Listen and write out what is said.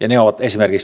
ja ne ovat esimerkiksi broilerituotannossa